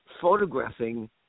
photographing